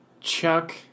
Chuck